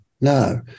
no